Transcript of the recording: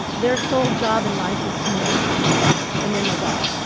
their sole job in life is to mate and then they die.